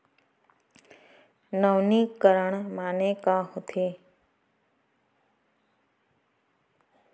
नवीनीकरण माने का होथे?